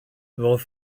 roedd